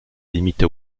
limite